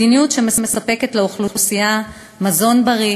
מדיניות שמספקת לאוכלוסייה מזון בריא